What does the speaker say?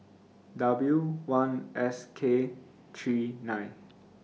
W one S K three nine